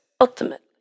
Ultimate